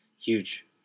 huge